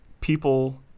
people